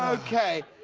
okay.